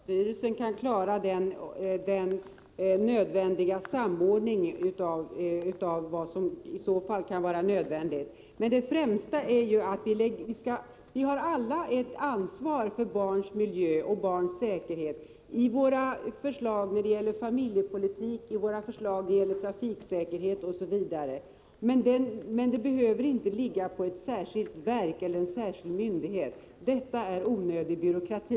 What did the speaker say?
Herr talman! Jag är helt övertygad om att socialstyrelsen kan klara den nödvändiga samordningen. Vi har alla ett ansvar för barns miljö och säkerhet i våra förslag när det gäller familjepolitik, trafiksäkerhet osv. Ansvaret behöver inte ligga på något särskilt verk eller någon särskild myndighet. Det är onödig byråkrati.